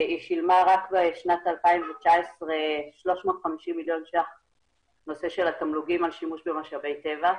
היא שילמה רק בשנת 2019 350 מיליון ₪ נושא תמלוגים על שימוש במשאבי טבע.